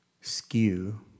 skew